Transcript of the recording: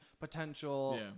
potential